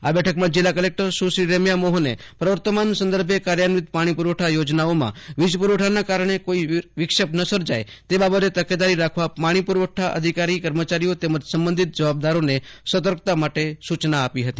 આ બેઠકમાં જિલ્લા કલેકટર સુશ્રી રેમ્યા મોહને પ્રવર્તમાન સંદર્ભે કાર્યાન્તિક પાછી યોજનાઓમાં વીજપુરવઠાના કારણે કોઈ વિલ્લેપ ન સર્જાય તે બાબતે તકેદારી રાખવા પાછી પુરવઠો અધિકારીઓ કર્મચારીઓ તેમજ સંબંધિત જવાબદારોને સતર્કતા માટે સુચના આપી હતી